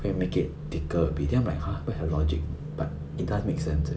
会 make it thicker a bit then I'm like !huh! where got logic but it does make sense eh